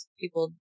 people